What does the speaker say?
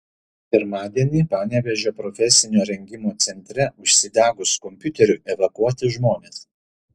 pirmadienį panevėžio profesinio rengimo centre užsidegus kompiuteriui evakuoti žmonės